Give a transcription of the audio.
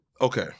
Okay